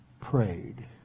prayed